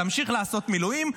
תמשיך לעשות מילואים,